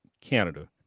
Canada